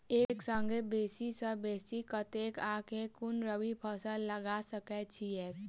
एक संगे बेसी सऽ बेसी कतेक आ केँ कुन रबी फसल लगा सकै छियैक?